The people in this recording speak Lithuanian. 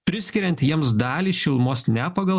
priskiriant jiems dalį šilumos ne pagal